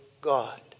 God